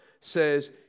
says